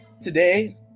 Today